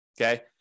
okay